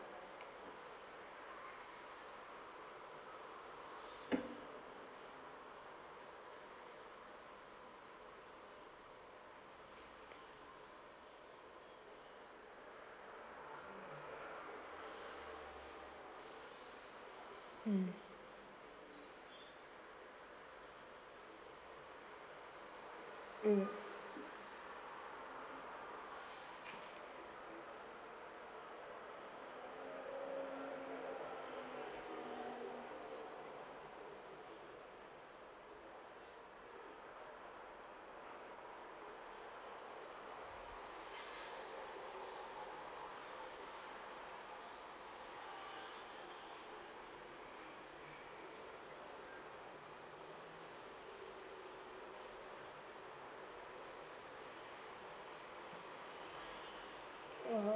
mm mm